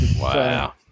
Wow